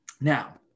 Now